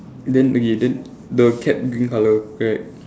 then okay then the cap green colour right